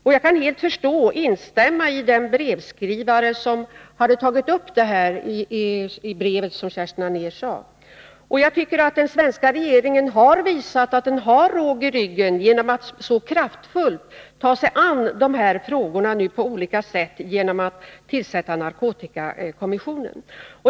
Och jag kan helt instämma med den brevskrivare som tagit upp detta problem i det brev som Kerstin Anér läste upp. Jag tycker att den svenska regeringen har visat att den har råg i ryggen genom att så kraftfullt ta sig an dessa frågor på olika sätt genom att tillsätta narkotikakommissionen.